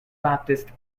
baptist